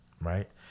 right